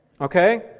Okay